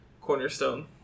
cornerstone